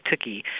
cookie